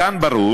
מכאן ברור